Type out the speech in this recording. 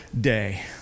day